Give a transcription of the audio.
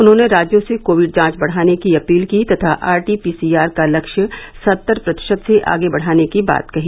उन्होंने राज्यों से कोविड जांच बढ़ाने की अपील की तथा R T P C R का लक्ष्य सत्तर प्रतिशत से आगे बढ़ाने की बात कही